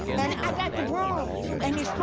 and i got the broom and he's